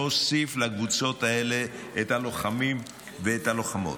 אני מבקש להוסיף לקבוצות האלה את הלוחמים ואת הלוחמות.